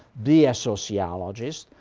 be a sociologist,